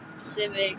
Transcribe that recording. Civic